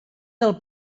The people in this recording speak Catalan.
del